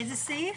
איזה סעיף?